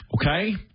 okay